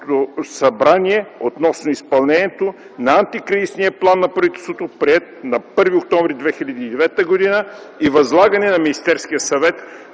събрание относно изпълнението на Антикризисния план на правителството, приет на 1.10.2009 г., и възлагане на Министерския съвет